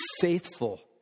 faithful